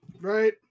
right